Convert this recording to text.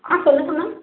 ஆ சொல்லுங்கள் மேம்